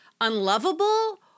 unlovable